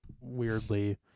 weirdly